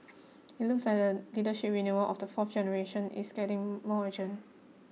it looks like the leadership renewal of the fourth generation is getting more urgent